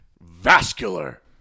Vascular